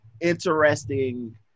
interesting